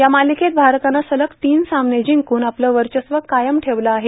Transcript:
या मालिकेत भारतानं सलग तीन सामने जिंकुन आपलं वर्चस्व कायम ठेवलं आहे